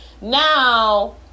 now